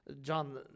John